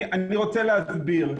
אני רוצה להסביר.